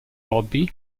hobby